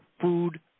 food